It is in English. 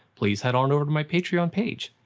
please head on over to my patreon page.